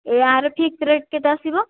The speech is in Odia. ୟାର ଫିକ୍ସ ରେଟ୍ କେତେ ଆସିବ